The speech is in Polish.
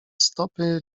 stopy